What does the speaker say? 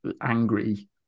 angry